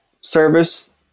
service